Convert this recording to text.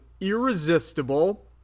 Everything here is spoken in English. Irresistible